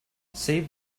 save